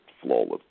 flawless